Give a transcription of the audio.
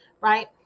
right